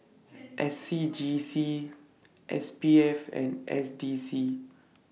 S C G C S P F and S D C